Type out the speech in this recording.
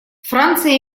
франция